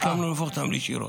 הסכמנו להפוך אותן לישירות.